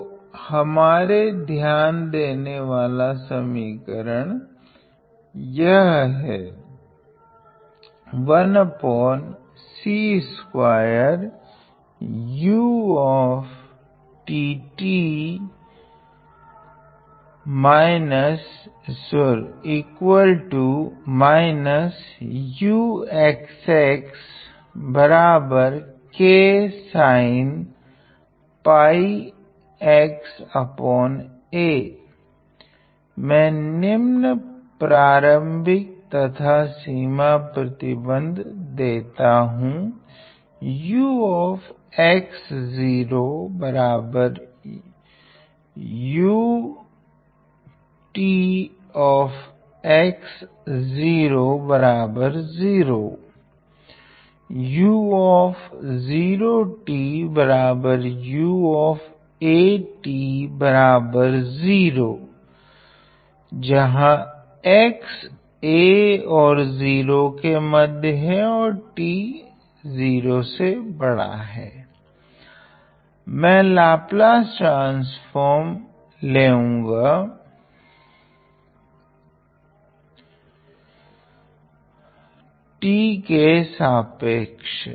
तो हमारे ध्यान देने वाला समीकरण यह है मैं निम्न प्रारम्भिक तथा सीमा प्रतिबंध देता हूँ ux 0 utx 0 0 u0 t ua t 0 0 x a t 0 मैं लाप्लास ट्रान्स्फ़ोर्म लगाऊँगा t के सापेक्ष